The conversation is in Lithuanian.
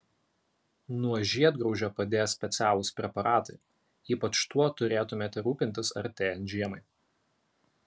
nuo žiedgraužio padės specialūs preparatai ypač tuo turėtumėte rūpintis artėjant žiemai